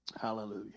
Hallelujah